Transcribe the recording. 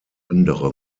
andere